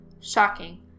shocking